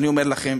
אני אומר לכם,